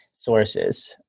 sources